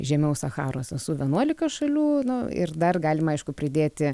žemiau sacharos esu vienuolika šalių nu ir dar galima aišku pridėti